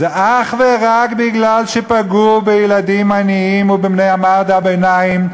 זה אך ורק כי פגעו בילדים עניים ובמעמד הביניים,